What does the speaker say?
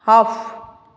off